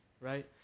right